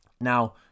Now